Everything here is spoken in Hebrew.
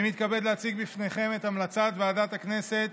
אני מתכבד להציג בפניכם את המלצת ועדת הכנסת